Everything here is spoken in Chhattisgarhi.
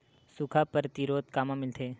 सुखा प्रतिरोध कामा मिलथे?